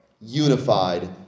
unified